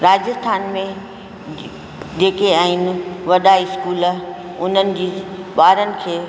राजस्थान में जे जेके आहिनि वॾा स्क़ूल उन्हनि जी ॿारनि खे